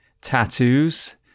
tattoos